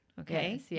okay